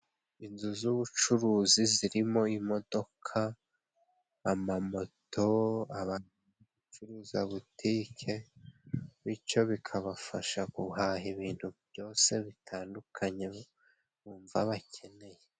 Inzu z'ubucuruzi zirimo imodoka, amamoto, abacuruza butike, bico bikabafasha guhaha ibintu byose bitandukanye bumva bakeneye.